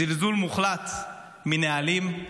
זלזול מוחלט בנהלים.